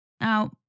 Now